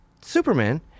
Superman